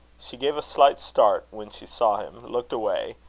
she gave a slight start when she saw him, looked away,